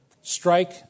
strike